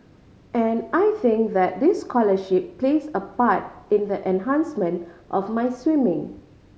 and I think that this scholarship plays a part in the enhancement of my swimming